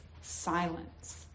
silence